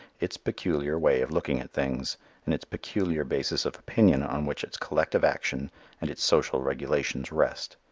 its peculiar way of looking at things and its peculiar basis of opinion on which its collective action and its social regulations rest.